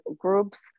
groups